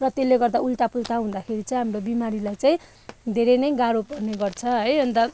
र त्यसले गर्दा उल्टापुल्टा हुँदाखेरि चाहिँ हाम्रो बिमारीलाई चाहिँ धेरै नै गाह्रो पर्ने गर्छ है अन्त